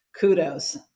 kudos